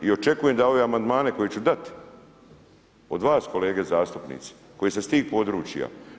I očekujem da ove amandmane koji će dati od vas kolege zastupnici, koji ste iz tih područja.